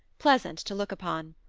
pleasant to look upon.